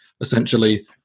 Essentially